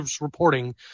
reporting